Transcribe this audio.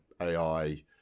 AI